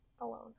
alone